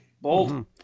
bold